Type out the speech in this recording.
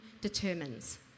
determines